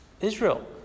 Israel